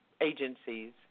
agencies